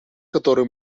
которую